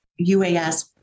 UAS